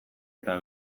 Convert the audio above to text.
eta